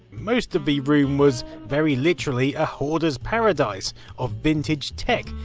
most of the room was very literally a hoarders paradise of vintage tech.